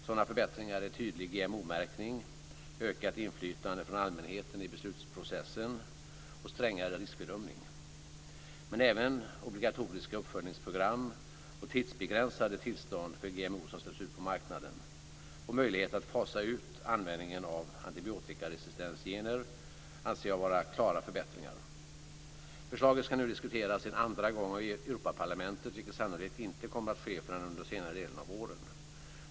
Sådana förbättringar är tydlig GMO-märkning, ökat inflytande från allmänheten i beslutsprocessen och strängare riskbedömning. Men även obligatoriska uppföljningsprogram och tidsbegränsade tillstånd för GMO som släpps ut på marknaden och möjlighet att fasa ut användningen av antibiotikaresistensgener anser jag vara klara förbättringar. Förslaget skall nu diskuteras en andra gång av Europaparlamentet, vilket sannolikt inte kommer att ske förrän under senare delen av våren.